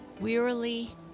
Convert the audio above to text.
Wearily